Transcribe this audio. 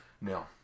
no